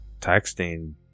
texting